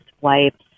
wipes